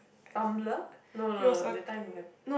Tumblr no no no that time don't have